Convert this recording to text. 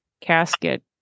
casket